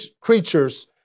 creatures